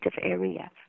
area